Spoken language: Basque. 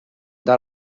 eta